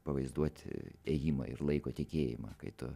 pavaizduot ėjimą ir laiko tekėjimą kai tu